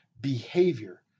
behavior